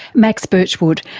max birchwood,